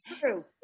true